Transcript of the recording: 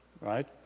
right